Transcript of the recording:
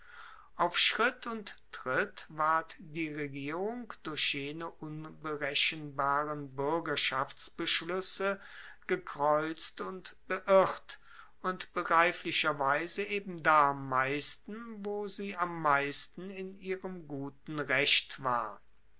auf schritt und tritt ward die regierung durch jene unberechenbaren buergerschaftsbeschluesse gekreuzt und beirrt und begreiflicherweise eben da am meisten wo sie am meisten in ihrem guten recht war